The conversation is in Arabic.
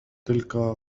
تلك